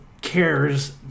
cares